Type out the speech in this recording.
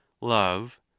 love